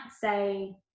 say